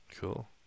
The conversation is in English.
Cool